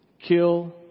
kill